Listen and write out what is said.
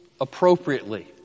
appropriately